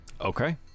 Okay